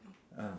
ah